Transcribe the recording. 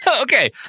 okay